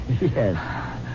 Yes